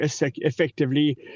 effectively